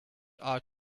are